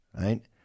right